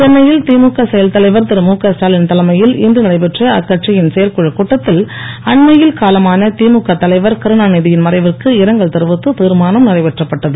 சென்னையில் திமுக செயல்தலைவர் திரு முகஸ்டாவின் தலைமையில் இன்று நடைபெற்ற அக்கட்சியின் செயற்குழுக் கூட்டத்தில் அண்மையில் காலமான திமுக தலைவர் கருணா நிதியின் மறைவிற்கு இரங்கல் தெரிவித்து தீர்மானம் நிறைவேற்றப்பட்டது